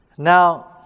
Now